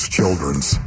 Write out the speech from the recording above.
Children's